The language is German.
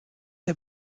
der